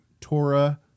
Torah